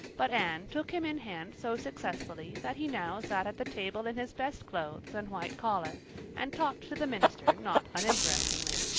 but anne took him in hand so successfully that he now sat at the table in his best clothes and white collar and talked to the minister not uninterestingly.